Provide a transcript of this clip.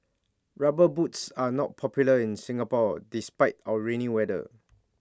rubber boots are not popular in Singapore despite our rainy weather